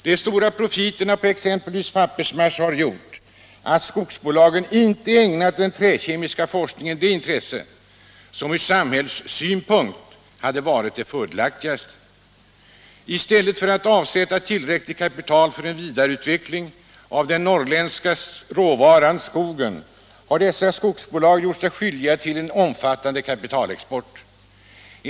De stora profiterna på exempelvis pappersmassa har gjort att skogsbolagen inte ägnat den träkemiska forskningen det intresse, som ur samhällssynpunkt hade varit det fördelaktigaste —-—--—-. I stället för att avsätta tillräckligt kapital för en vidareutveckling av den norrländska råvaran — skogen, har dessa storbolag gjort sig skyldiga till en omfattande kapitalexport.